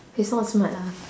he's not smart lah